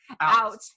Out